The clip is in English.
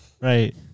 right